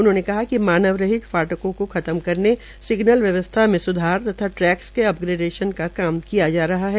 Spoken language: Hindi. उन्होंने कहा कि मानव रहित फाटकों को खत्म करने सिग्नल व्यवस्था में सुधार तथा ट्रैकस के अपग्रेडेशन का काम किया जा रहा है